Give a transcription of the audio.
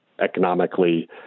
economically